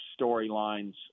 storylines